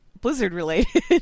Blizzard-related